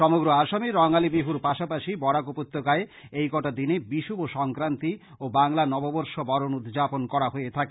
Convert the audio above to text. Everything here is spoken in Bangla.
সমগ্র আসামে রঙালি বিহুর পাশাপাশি বরাক উপত্যকায় এই কটা দিনে বিষুব সংক্রান্তি ও বাংলা নববর্ষ বরণ উদ্যাপন করা হয়ে থাকে